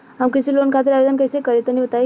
हम कृषि लोन खातिर आवेदन कइसे करि तनि बताई?